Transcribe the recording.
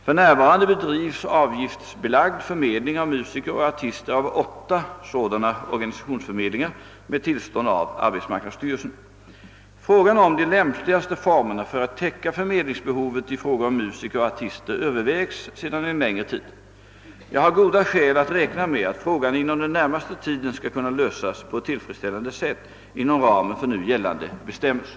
För närvarande bedrivs avgiftsbelagd - förmedling av musiker och artister av åtta sådana organisationsförmedlingar med tillstånd av arbetsmarknadsstyrelsen. Frågan om de lämpligaste formerna för att täcka förmedlingsbehovet i fråga om musiker och artister övervägs sedan en längre tid. Jag har goda skäl att räkna med att frågan inom den närmaste tiden skall kunna lösas på ett tillfredsställande sätt inom ramen för nu gällande bestämmelser.